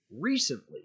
recently